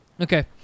okay